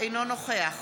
אינו נוכח